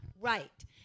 right